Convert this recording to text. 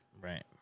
Right